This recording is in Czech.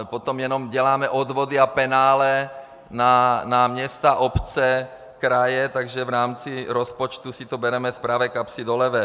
Potom jenom děláme odvody a penále na města, obce, kraje, takže v rámci rozpočtu si to bereme z pravé kapsy do levé.